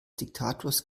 diktators